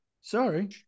Sorry